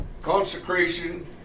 Consecration